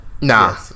Nah